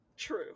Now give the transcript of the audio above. true